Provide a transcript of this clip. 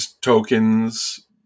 tokens